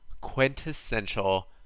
quintessential